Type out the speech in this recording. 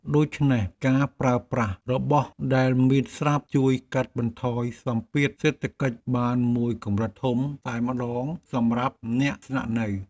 ដូចនេះការប្រើប្រាស់របស់ដែលមានស្រាប់ជួយកាត់បន្ថយសម្ពាធសេដ្ឋកិច្ចបានមួយកម្រិតធំតែម្ដងសម្រាប់អ្នកស្នាក់នៅ។